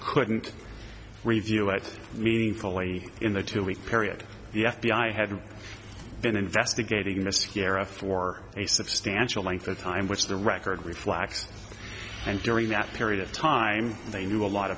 couldn't review it meaningfully in the two week period the f b i had been investigating mr garratt for a substantial length of time which the record reflects and during that period of time they knew a lot